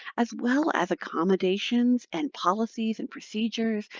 as well as accommodations, and policies and procedures,